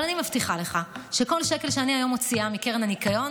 אבל אני מבטיחה לך שכל שקל שאני מוציאה היום מקרן הניקיון,